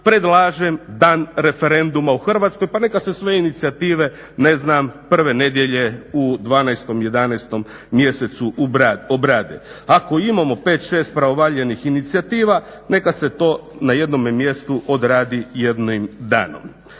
predlažem dan referenduma u Hrvatskoj pa neka se sve inicijative prve nedjelje u 12., 11. mjesecu obrade. Ako imamo 5-6 pravovaljanih inicijativa neka se to na jednome mjestu odradi jednim danom.